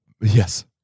Yes